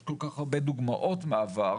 יש כל כך הרבה דוגמאות מהעבר,